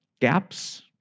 gaps